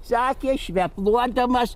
sakė švepluodamas